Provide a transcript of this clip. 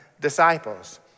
disciples